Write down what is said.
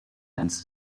tends